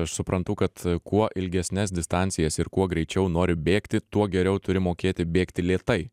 suprantu kad kuo ilgesnes distancijas ir kuo greičiau nori bėgti tuo geriau turi mokėti bėgti lėtai